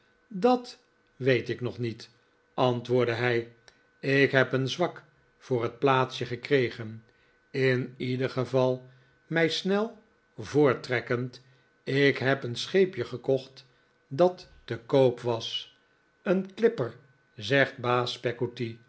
dat weet ik nog niet antwoordde hij ik heb een zwak voor het plaatsje gekregen in ieder geval mij snel voorttrekkend ik heb een scheepje gekocht dat te koop was een klipper zegt baas